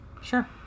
Sure